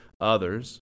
others